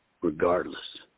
regardless